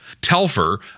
Telfer